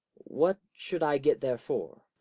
what should i get therefore?